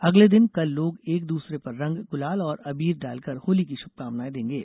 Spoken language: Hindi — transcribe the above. अगले दिन कल लोग एक दूसरे पर रंग गुलाल और अबीर डालकर होली की शुभकामनाए देंगे